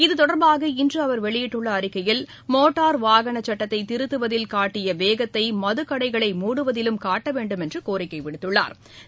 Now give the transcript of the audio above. இது தொடர்பாக இன்று அவர் வெளியிட்டுள்ள அறிக்கையில் மோட்டார் வாகன சட்டத்தை திருத்துவதில் காட்டிய வேகத்தை மதுக்கடைகளை மூடுவதிலும் காட்ட வேண்டுமென்று கோரிக்கை விடுத்துள்ளா்